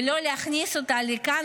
ולא להכניס אותה לכאן?